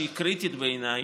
שהיא קריטית בעיניי,